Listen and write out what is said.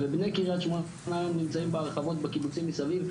ובני קריית שמונה נמצאים בהרחבות בקיבוצים מסביב,